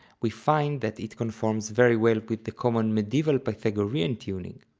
we find that it conforms very well with the common medieval pythagorean tuning.